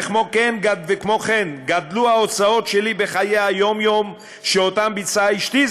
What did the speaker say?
וכן גדלו ההוצאות שלי בחיי היום-יום על פעולות שביצעה אשתי,